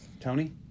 Tony